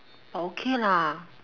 okay lah